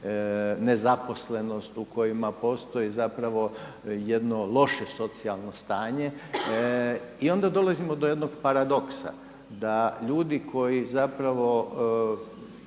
nezaposlenost, u kojima postoji zapravo jedno loše socijalno stanje. I onda dolazimo do jednog paradoksa, da ljudi koji zapravo